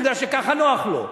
מפני שככה נוח לו.